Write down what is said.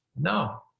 no